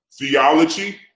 theology